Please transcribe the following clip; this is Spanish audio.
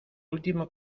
último